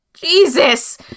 Jesus